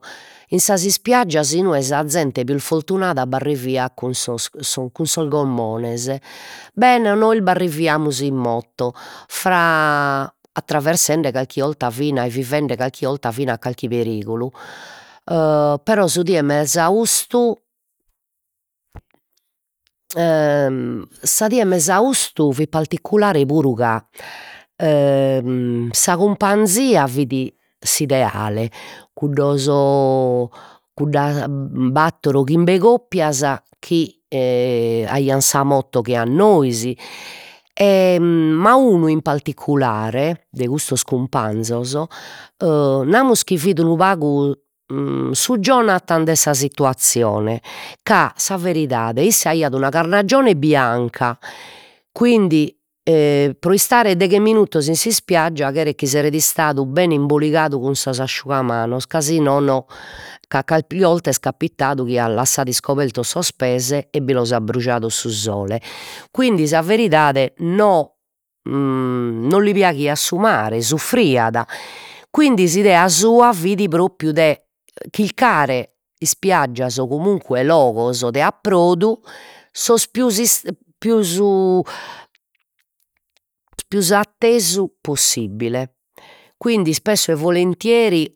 In sas ispiaggias inue sa zente pius fortunada b'arriviat cun sos cun sos gommones, bene nois b'arriviamus in moto fra attraversende calchi 'olta fina e vivende calchi 'olta fina calchi perigulu però su die 'e mesaustu su die 'e mesaustu fit particulare puru ca sa cumpanzia fit s'ideale cuddos cudda battor chimbe coppias chi aian sa moto che a nois e ma unu in particulare de custos cumpanzos e namus chi fit unu pagu su de sa situazzione ca sa veridade isse aiat una bianca, quindi pro istare deghe minutos in s'ispiaggia cheret chi esseret istadu bene imboligadu cun sos asciugamanos ca si nono ca calchi 'olta est capitadu chi at lassadu iscobertos sos pês e bi los at brujados su sole, quindi sa veridade no non li piaghiat su mare, suffriat, quindi s'idea sua fit propriu de chilcare ispiaggias o comunque logos de approdu sos pius pius pius attesu possibile, quindi ispesso e volenteri